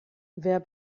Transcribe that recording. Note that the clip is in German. wer